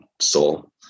soul